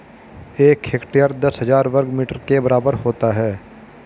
एक हेक्टेयर दस हजार वर्ग मीटर के बराबर होता है